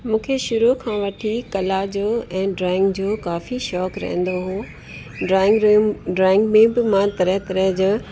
मूंखे शुरूअ खां वठी कला जो ऐं ड्रॉइंग जो काफ़ी शौक़ु रहंदो हुओ ड्रॉइंग में ड्रॉइंग में बि मां तरह तरह जा